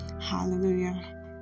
Hallelujah